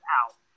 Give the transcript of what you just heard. out